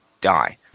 Die